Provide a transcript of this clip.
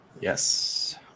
Yes